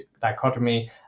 dichotomy